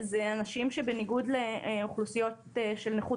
זה אנשים שבניגוד לאוכלוסיות של נכות